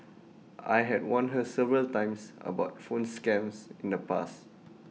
I had warned her several times about phone scams in the past